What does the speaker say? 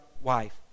wife